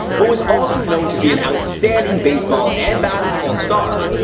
but was also known to be an outstanding baseball and basketball star,